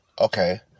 Okay